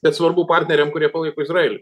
bet svarbu partneriam kurie palaiko izraelį